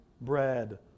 bread